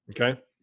Okay